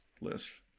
list